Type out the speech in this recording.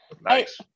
Nice